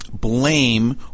blame